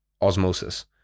osmosis